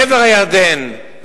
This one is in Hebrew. עבר הירדן,